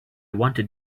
wanted